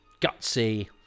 gutsy